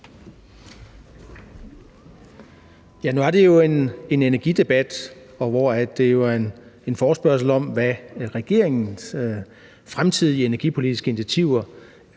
Nu er det jo en energidebat og en forespørgsel om, hvad regeringens fremtidige energipolitiske initiativer